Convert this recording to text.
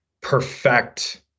perfect